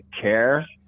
care